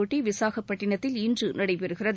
போட்டி விசாகப்பட்டினத்தில் இன்று நடைபெறுகிறது